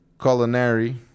culinary